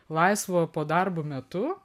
laisvo po darbo metu